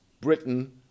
Britain